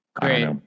Great